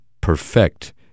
perfect